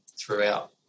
throughout